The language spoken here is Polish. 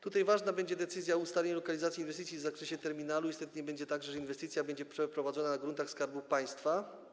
Tutaj ważna będzie decyzja o ustaleniu lokalizacji inwestycji w zakresie terminalu - niestety nie będzie tak, że inwestycja będzie przeprowadzona na gruntach Skarbu Państwa.